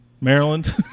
Maryland